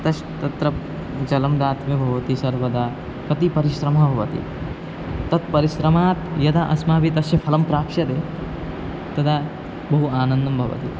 तस्य तत्र जलं दातव्यं भवति सर्वदा कति परिश्रमः भवति तत्परिश्रमात् यदा अस्माभिः तस्य फ़लं प्राप्स्यते तदा बहु आनन्दं भवति